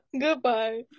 goodbye